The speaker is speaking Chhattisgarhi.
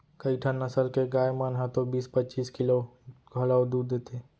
कइठन नसल के गाय मन ह तो बीस पच्चीस किलो घलौ दूद देथे